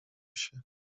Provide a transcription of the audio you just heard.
się